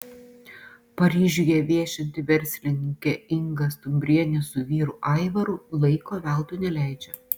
paryžiuje viešinti verslininkė inga stumbrienė su vyru aivaru laiko veltui neleidžia